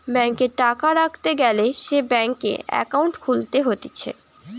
ব্যাংকে টাকা রাখতে গ্যালে সে ব্যাংকে একাউন্ট খুলতে হতিছে